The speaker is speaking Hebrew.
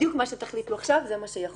בדיוק מה שתחליטו עכשיו זה מה שיחול.